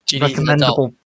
recommendable